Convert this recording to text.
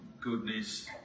goodness